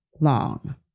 long